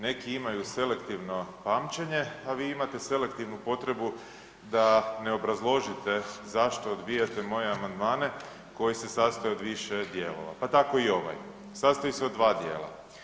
Neki imaju selektivno pamćenje, a vi imate selektivnu potrebu da ne obrazložite zašto odbijate moje amandmane koji se sastoje od više dijelova, pa tako i ovaj sastoji se od dva dijela.